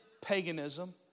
paganism